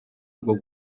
rwo